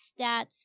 stats